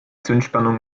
zündspannung